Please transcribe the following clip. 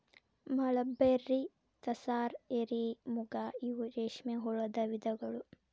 mulberry, tasar, eri, muga ಇವ ರೇಶ್ಮೆ ಹುಳದ ವಿಧಗಳು